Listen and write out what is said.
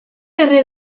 erre